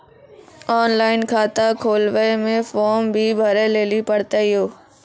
Online खाता खोलवे मे फोर्म भी भरे लेली पड़त यो?